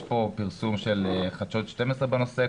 יש פרסום של חדשות 12 בנושא הזה,